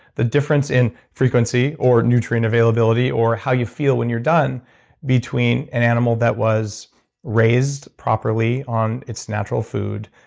the difference in frequency or nutrient availability or how you feel when you're done between an animal that was raised properly on its natural food,